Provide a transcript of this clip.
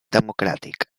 democràtic